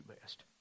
best